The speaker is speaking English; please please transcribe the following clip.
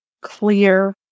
clear